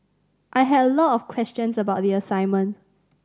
I had a lot of questions about the assignment